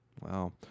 Wow